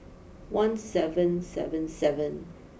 one seven seven seven